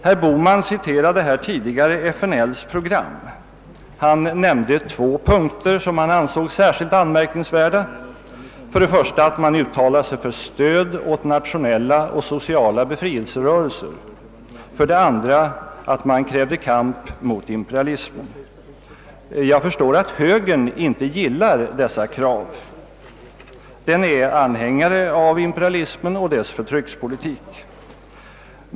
Herr Bohman citerade tidigare FNL:s program och nämnde två punkter, som han ansåg särskilt anmärkningsvärda, nämligen för det första att man uttalar sig för stöd åt nationella och sociala befrielserörelser och för det andra att man kräver kamp mot imperialismen. Jag förstår att högern inte gillar dessa krav; den är anhängare av imperialismen och dess förtryckarpolitik.